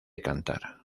cantar